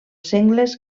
sengles